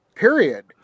Period